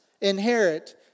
inherit